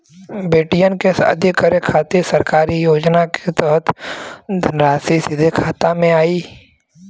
बेटियन के शादी करे के खातिर सरकारी योजना के तहत धनराशि सीधे खाता मे आई?